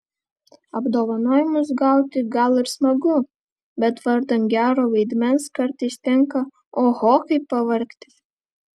apdovanojimus gauti gal ir smagu bet vardan gero vaidmens kartais tenka oho kaip pavargti